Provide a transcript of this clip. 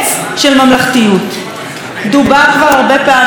דובר כבר הרבה פעמים על מה שנאמר על